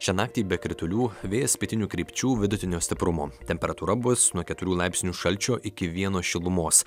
šią naktį be kritulių vėjas pietinių krypčių vidutinio stiprumo temperatūra bus nuo keturių laipsnių šalčio iki vieno šilumos